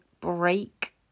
break